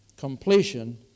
Completion